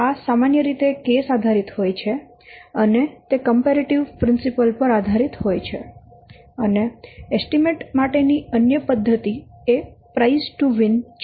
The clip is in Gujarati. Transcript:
આ સામાન્ય રીતે કેસ આધારિત હોય છે અને તે કંપેરેટિવ પ્રિન્સિપલ પર આધારિત હોય છે અને એસ્ટીમેટ માટેની અન્ય પદ્ધતિ એ પ્રાઈઝ ટુ વીન છે